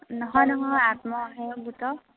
নহয় নহয় আত্মসহায়ক গোটৰ